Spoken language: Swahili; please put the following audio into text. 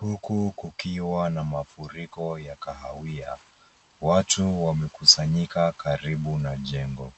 Huku kukiwa na mafuriko ya kahawia watu wamekusanyika karibu na jengo.